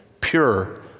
pure